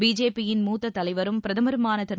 பிஜேபியின் மூத்த தலைவரும் பிரதமருமான திரு